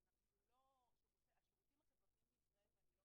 כאשר הטריגר היה ניסיון לרצח שעברה אחת